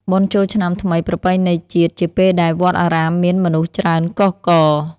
បុណ្យចូលឆ្នាំថ្មីប្រពៃណីជាតិ ជាពេលដែលវត្តអារាមមានមនុស្សច្រើនកុះករ។